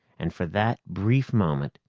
and for that brief moment,